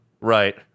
Right